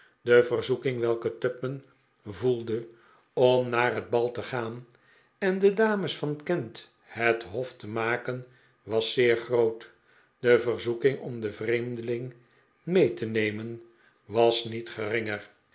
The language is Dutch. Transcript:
de verzoejfeing welke tupman voelde om naar het bal te gaan en de dames van kent het hof te maken was zeer groot de verzoeking om den vreemdeling mee te nemen was niet